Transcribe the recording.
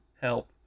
help